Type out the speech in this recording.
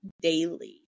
daily